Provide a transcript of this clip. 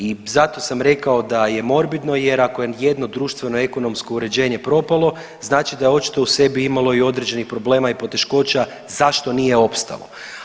I zato sam rekao da je morbidno jer ako je jedno društveno ekonomsko uređenje propalo znači da je očito u sebi imalo i određenih probleme i poteškoća zašto nije opstalo.